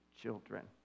children